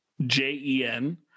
jen